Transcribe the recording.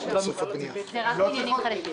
זה רק בניינים חדשים.